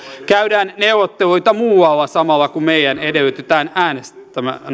käydään neuvotteluita muualla samalla kun meidän edellytetään äänestävän